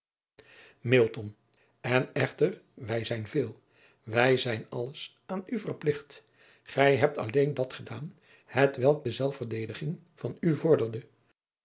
n echter wij zijn veel wij zijn al driaan oosjes zn et leven van aurits ijnslager les aan u verpligt gij hebt alleen dat gedaan hetwelk de zelfsverdediging van u vorderde